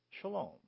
Shalom